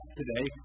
today